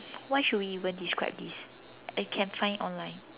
why should we even describe this I can find online